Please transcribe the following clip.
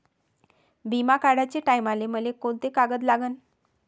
बिमा काढाचे टायमाले मले कोंते कागद लागन?